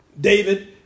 David